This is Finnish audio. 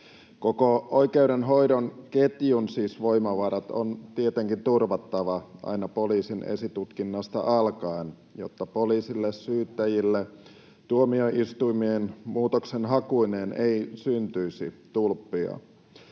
Koko oikeudenhoidon ketjun voimavarat on tietenkin turvattava aina poliisin esitutkinnasta alkaen, jotta poliisille, syyttäjille tuomioistuimiin muutoksenhakuineen ei syntyisi tulppia.